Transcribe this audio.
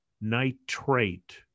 nitrate